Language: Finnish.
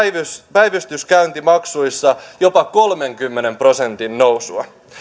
päivystyskäyntimaksuissa jopa kolmenkymmenen prosentin nousua